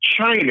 China